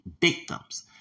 victims